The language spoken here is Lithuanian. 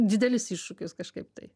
didelis iššūkis kažkaip tai